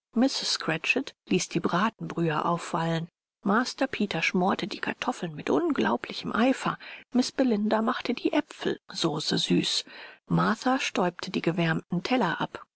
ließ die bratenbrühe aufwallen master peter schmorte die kartoffeln mit unglaublichem eifer miß belinda machte die aepfelsauce süß martha stäubte die gewärmten teller ab